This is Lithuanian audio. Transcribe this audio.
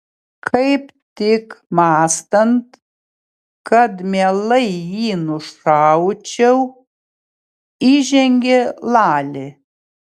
kaip tik mąstant kad mielai jį nušaučiau įžengė lali